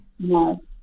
No